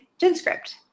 Genscript